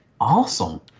awesome